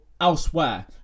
elsewhere